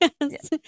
Yes